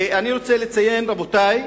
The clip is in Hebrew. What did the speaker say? אני רוצה לציין, רבותי,